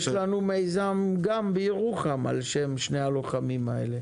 יש לנו מיזם גם בירוחם על שם שני הלוחמים האלה.